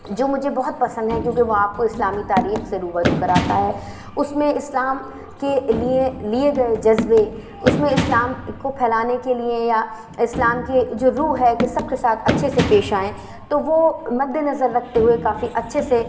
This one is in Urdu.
جو مجھے بہت پسند ہے کیونکہ وہ آپ کو اسلامی تاریخ سے روبرو کراتا ہے اس میں اسلام کے لیے لیے گئے جذبے اس میں اسلام کو پھیلانے کے لیے یا اسلام کی جو روح ہے کہ سب کے ساتھ اچھے سے پیش آئیں تو وہ مد نظر رکھتے ہوئے کافی اچھے سے